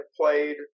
played